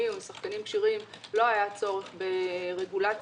ושחקנים כשירים לא היה צורך ברגולציה.